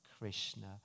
Krishna